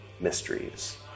mysteries